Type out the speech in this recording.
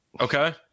Okay